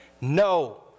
No